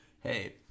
Hey